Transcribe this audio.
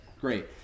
Great